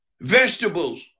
vegetables